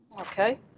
Okay